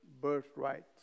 birthright